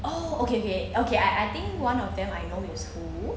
oh okay okay okay I I think one of them I know is who